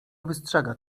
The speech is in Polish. wystrzega